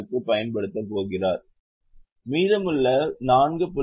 46 க்குப் பயன்படுத்தப் போகிறார் மீதமுள்ள 4